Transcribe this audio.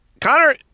Connor